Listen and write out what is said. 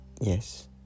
Yes